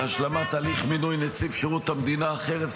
השלמת הליך מינוי נציב שירות המדינה חרף